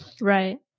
Right